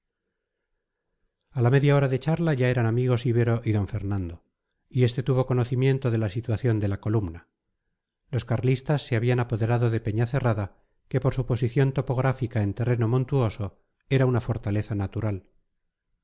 a la media hora de charla ya eran amigos ibero y d fernando y este tuvo conocimiento de la situación de la columna los carlistas se habían apoderado de peñacerrada que por su posición topográfica en terreno montuoso era una fortaleza natural